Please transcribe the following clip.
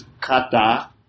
kata